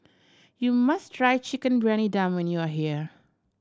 you must try Chicken Briyani Dum when you are here